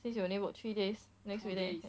since you only work three days next week then